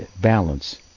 balance